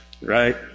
Right